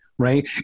right